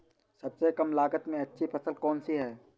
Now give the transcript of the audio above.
सबसे कम लागत में अच्छी फसल कौन सी है?